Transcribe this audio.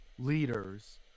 leaders